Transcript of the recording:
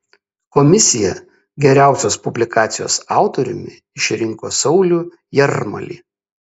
komisija geriausios publikacijos autoriumi išrinko saulių jarmalį